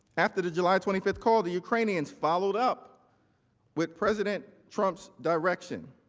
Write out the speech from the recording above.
after the july twenty fifth call the ukrainians followed up with president trump's direction.